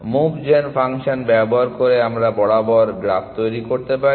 move জেন function ব্যবহার করে আমরা বরাবর গ্রাফ তৈরি করতে পারি